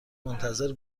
منتظر